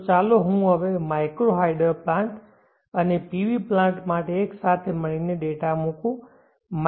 તો ચાલો હવે હું માઇક્રો હાઇડલ પ્લાન્ટ અને PV પ્લાન્ટ માટે એક સાથે મળીને ડેટા મૂકું